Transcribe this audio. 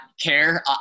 care